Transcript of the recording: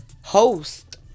host